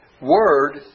word